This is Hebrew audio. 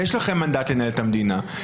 יש לכם מנדט לנהל את המדינה.